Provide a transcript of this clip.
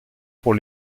pour